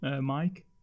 Mike